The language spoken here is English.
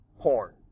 porn